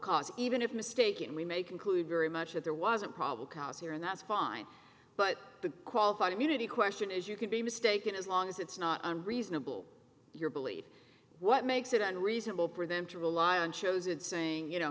cause even if mistaken we may conclude very much that there wasn't probably cause here and that's fine but the qualified immunity question is you could be mistaken as long as it's not unreasonable your belief what makes it unreasonable per them to rely on shows and saying you know